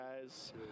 guys